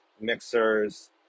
mixers